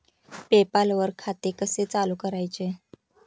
पे पाल वर खाते कसे चालु करायचे